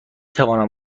توانم